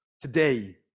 today